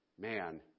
Man